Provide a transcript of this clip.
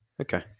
Okay